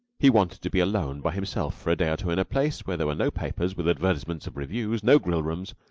he wanted to be alone by himself for a day or two in a place where there were no papers with advertisements of revues, no grill-rooms,